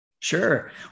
Sure